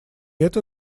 это